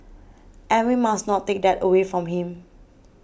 and we must not take that away from him